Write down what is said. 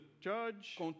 judge